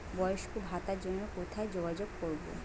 বয়স্ক ভাতার জন্য কোথায় যোগাযোগ করব?